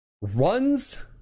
runs